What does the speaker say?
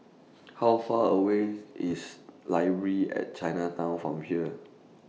How Far away IS Library At Chinatown from here